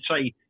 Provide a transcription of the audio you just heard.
say